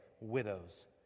widows